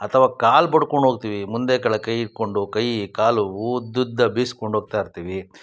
ಅಥವಾ ಕಾಲು ಬಡ್ಕೊಂಡು ಹೋಗ್ತೀವಿ ಮುಂದೆ ಕೆಳ್ಗೆ ಕೈ ಹಿಡಕೊಂಡು ಕೈ ಕಾಲು ಉದ್ದುದ್ದ ಬೀಸ್ಕೊಂಡು ಹೋಗ್ತಾ ಇರ್ತೀವಿ